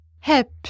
hip